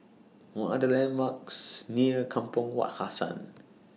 What Are The landmarks near Kampong Wak Hassan